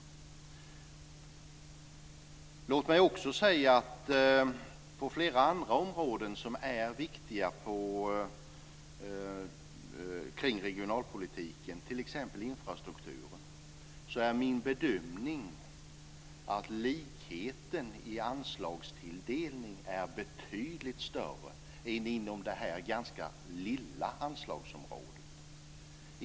Låt mig också säga när det gäller flera andra områden som är viktiga i fråga om regionalpolitiken, t.ex. infrastrukturen, att det är min bedömning att likheten i anslagstilldelning är betydligt större än inom detta ganska lilla anslagsområdet.